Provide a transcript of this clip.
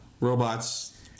robots